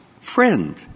friend